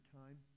time